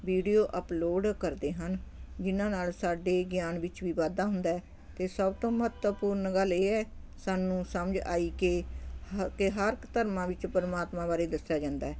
video upload ਕਰਦੇ ਹਨ ਜਿਨ੍ਹਾਂ ਨਾਲ ਸਾਡੇ ਗਿਆਨ ਵਿੱਚ ਵੀ ਵਾਧਾ ਹੁੰਦਾ ਅਤੇ ਸਭ ਤੋਂ ਮਹੱਤਵਪੂਰਨ ਗੱਲ ਇਹ ਹੈ ਸਾਨੂੰ ਸਮਝ ਆਈ ਕਿ ਹ ਕਿ ਹਰ ਇੱਕ ਧਰਮਾਂ ਵਿੱਚ ਪਰਮਾਤਮਾ ਬਾਰੇ ਦੱਸਿਆ ਜਾਂਦਾ ਹੈ